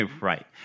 Right